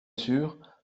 sûr